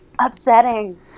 upsetting